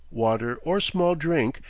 water, or small drink,